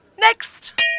Next